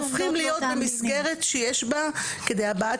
הופכים להיות במסגרת שיש בה כדי הבעת